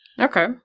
okay